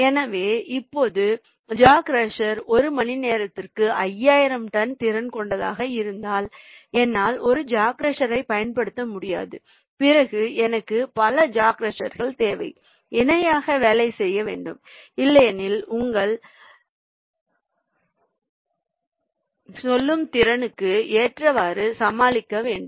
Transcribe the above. எனவே இப்போது jaw crusher ஒரு மணி நேரத்திற்கு 5000 டன் திறன் கொண்டதாக இருந்தால் என்னால் ஒரு ஜா க்ரஷர் பயன்படுத்த முடியாது பிறகு எனக்கு பல ஜா க்ரஷர்கள் தேவை இணையாக வேலை செய்ய வேண்டும் இல்லையெனில் உங்கள் சொல்லும் திறனுக்கு ஏற்றவாறு சமாளிக்கலாம்